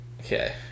Okay